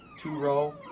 two-row